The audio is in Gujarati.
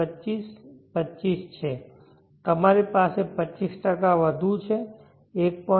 25 25 છે તમારી પાસે 25 વધુ છે 1